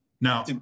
Now